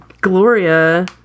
Gloria